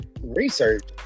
research